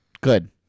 good